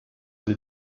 sie